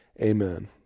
amen